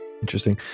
Interesting